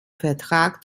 vertrag